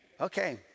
Okay